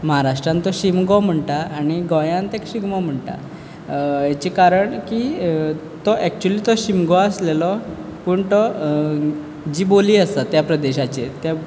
महाराष्ट्रान तो शिमगो म्हणटा आणी गोंयान तेका शिगमो म्हणटात हेजें कारण की तो एक्चुली तो शिमगो आसलेलो पूण तो जी बोली आसा त्या प्रदेशाचेर त्या